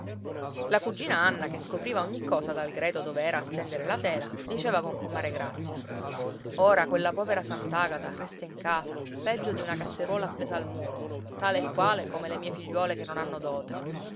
la cugina anna che scopriva ogni cosa dal greto dove era a stendere la tela diceva con comare grazia ora quella povera sant'agata resta in casa peggio di una casseruola appesa al muro tale e quale come le mie figliuole che non hanno dote